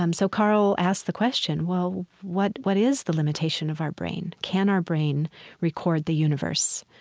um so carl asked the question, well, what what is the limitation of our brain? can our brain record the universe?